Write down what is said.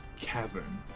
cavern